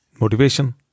motivation